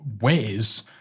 ways